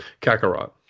Kakarot